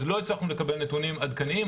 אז לא הצלחנו לקבל נתונים עדכניים,